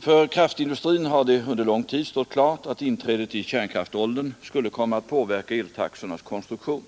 För kraftindustrin har det under lång tid stått klart, att inträdet i kärnkraftåldern skulle komma att påverka eltaxornas konstruktion.